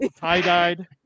tie-dyed